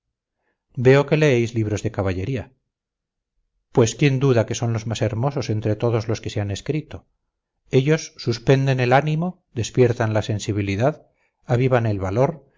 veo que leéis libros de caballería pues quién duda que son los más hermosos entre todos los que se han escrito ellos suspenden el ánimo despiertan la sensibilidad avivan el valor